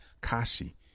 kashi